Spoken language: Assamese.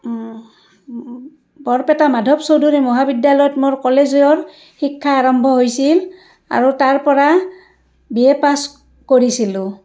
বৰপেটা মাধৱ চৌধুৰী মহাবিদ্যালয়ত মোৰ কলেজৰ শিক্ষা আৰম্ভ হৈছিল আৰু তাৰ পৰা বি এ পাছ কৰিছিলোঁ